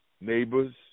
neighbors